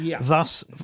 thus